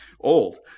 old